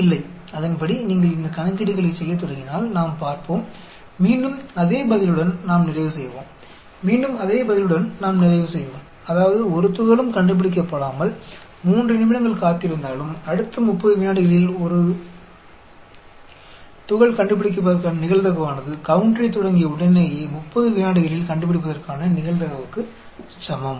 இல்லை அதன்படி நீங்கள் இந்த கணக்கீடுகளைச் செய்யத் தொடங்கினால் நாம் பார்ப்போம் மீண்டும் அதே பதிலுடன் நாம் நிறைவு செய்வோம் மீண்டும் அதே பதிலுடன் நாம் நிறைவு செய்வோம் அதாவது ஒரு துகளும் கண்டுபிடிக்கப்படாமல் 3 நிமிடங்கள் காத்திருந்தாலும் அடுத்த 30 விநாடிகளில் ஒரு கண்டுபிடிப்பதற்கான நிகழ்தகவானது கவுன்டரைத் தொடங்கிய உடனேயே 30 வினாடிகளில் கண்டுபிடிப்பதற்கான நிகழ்தகவுக்குச் சமம்